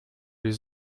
les